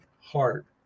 heart